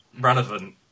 relevant